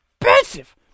expensive